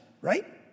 right